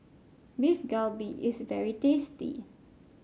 Beef Galbi is very tasty